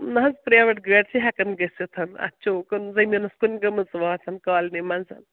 نہَ حظ پرٛایویٹ گٲڑۍ چھِ ہٮ۪کان گٔژھِتھ اَتھ چھُ اُکُن زٔمیٖنَس کُن گٔمٕژ وتھ کالنی منٛز